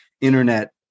Internet